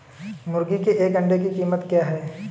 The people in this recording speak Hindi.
मुर्गी के एक अंडे की कीमत क्या है?